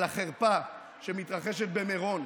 על החרפה שמתרחשת במירון.